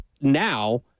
Now